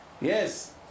Yes